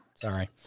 Sorry